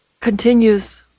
continues